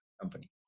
company